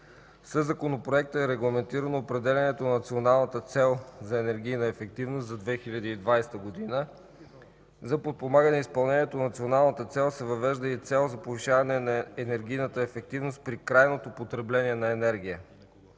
Със законопроекта е регламентирано определянето на националната цел за енергийна ефективност за 2020 г. За подпомагане изпълнението на националната цел се въвежда и цел за повишаване на енергийната ефективност при крайното потребление на енергия.